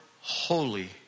holy